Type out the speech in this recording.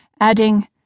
adding